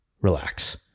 relax